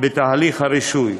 בתהליך הרישוי.